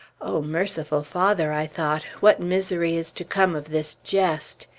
o merciful father, i thought what misery is to come of this jest.